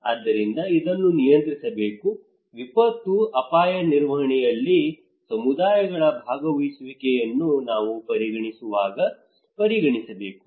ಆದ್ದರಿಂದ ಇದನ್ನು ನಿಯಂತ್ರಿಸಬೇಕು ವಿಪತ್ತು ಅಪಾಯ ನಿರ್ವಹಣೆಯಲ್ಲಿ ಸಮುದಾಯಗಳ ಭಾಗವಹಿಸುವಿಕೆಯನ್ನು ನಾವು ಪರಿಗಣಿಸುವಾಗ ಪರಿಗಣಿಸಬೇಕು